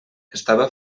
estava